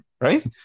Right